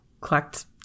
collect